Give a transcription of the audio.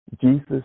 Jesus